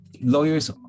lawyers